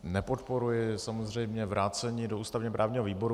Nepodporuji samozřejmě vrácení do ústavněprávního výboru.